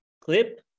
clip